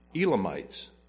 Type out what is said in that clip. Elamites